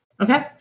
Okay